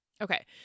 Okay